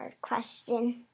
question